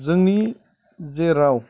जोंनि जे राव